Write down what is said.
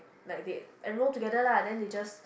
like that and go together lah then they just